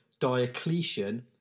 diocletian